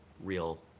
real